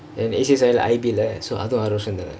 and A_C_S_I I_B so அதும் ஆறு வர்௸ம் தான்:athum aaru varsham thaan